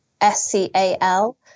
s-c-a-l